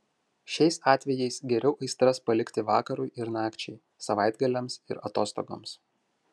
šiais atvejais geriau aistras palikti vakarui ir nakčiai savaitgaliams ir atostogoms